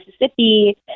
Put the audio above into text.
Mississippi